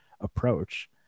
approach